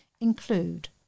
include